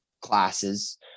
classes